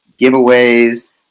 giveaways